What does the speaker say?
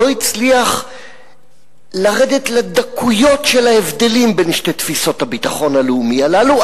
לא הצליח לרדת לדקויות של ההבדלים בין שתי תפיסות הביטחון הלאומי הללו,